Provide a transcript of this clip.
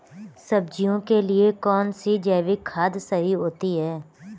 सब्जियों के लिए कौन सी जैविक खाद सही होती है?